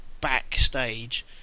backstage